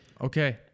Okay